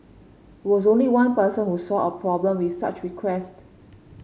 was only one person who saw a problem with such requests